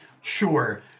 sure